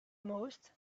most